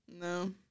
No